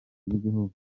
ry’igihugu